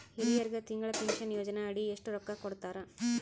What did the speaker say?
ಹಿರಿಯರಗ ತಿಂಗಳ ಪೀನಷನಯೋಜನ ಅಡಿ ಎಷ್ಟ ರೊಕ್ಕ ಕೊಡತಾರ?